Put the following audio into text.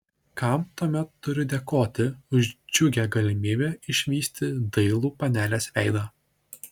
kam tuomet turiu dėkoti už džiugią galimybę išvysti dailų panelės veidą